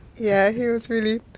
yeah, he was really